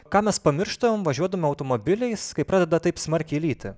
ką mes pamirštam važiuodami automobiliais kai pradeda taip smarkiai lyti